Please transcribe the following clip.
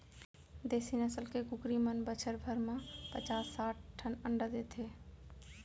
देसी नसल के कुकरी मन बछर भर म पचास साठ ठन अंडा देथे